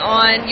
on